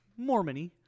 Mormony